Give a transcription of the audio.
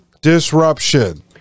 Disruption